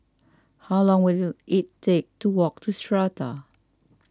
how long will it take to walk to Strata